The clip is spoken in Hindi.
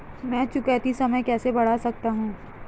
मैं चुकौती समय कैसे बढ़ा सकता हूं?